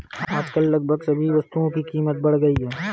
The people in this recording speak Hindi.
आजकल लगभग सभी वस्तुओं की कीमत बढ़ गई है